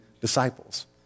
disciples